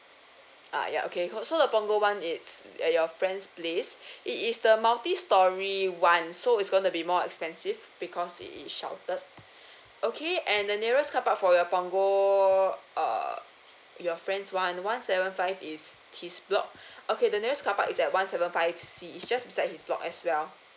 ah ya okay so so the punggol one is at your friend's place it is the multi storey one so it's going to be more expensive because it is sheltered okay and the nearest carpark for your punggol uh your friend's one one seven five is his block okay the nearest carpark is at one seven five C is just beside his block as well